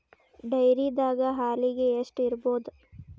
ಡೈರಿದಾಗ ಹಾಲಿಗೆ ಎಷ್ಟು ಇರ್ಬೋದ್?